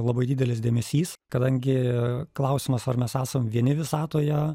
labai didelis dėmesys kadangi klausimas ar mes esam vieni visatoje